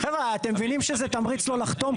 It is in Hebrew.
חבר'ה, אתם מבינים שזה תמריץ לא לחתום.